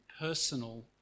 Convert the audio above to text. personal